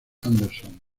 anderson